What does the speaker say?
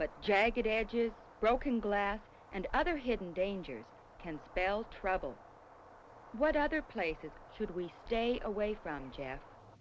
but jagged edges broken glass and other hidden dangers can spell trouble what other places would we stay away from